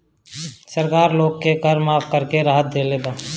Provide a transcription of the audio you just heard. सरकार लोग के कर माफ़ करके राहत देले बा